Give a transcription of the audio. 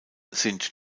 sind